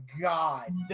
God